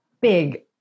big